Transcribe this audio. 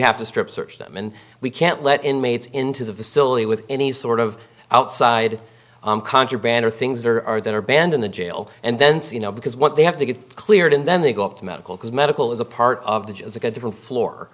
have to strip search them and we can't let inmates into the facility with any sort of outside contraband or things there are that are banned in the jail and thence you know because what they have to get cleared and then they go up to medical because medical is a part of the it's a different floor